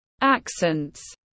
Accents